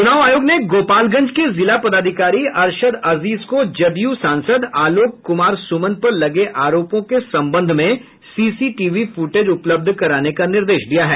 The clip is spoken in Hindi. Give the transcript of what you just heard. च्रनाव आयोग ने गोपालगंज के जिला पदाधिकारी अरशद अजीज को जदयू सांसद आलोक कुमार सुमन पर लगे आरोपों के संबंध में सीसीटीवी फूटेज उपलब्ध कराने का निर्देश दिया है